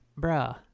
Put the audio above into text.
Bruh